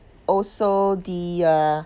also the uh